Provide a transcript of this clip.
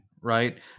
right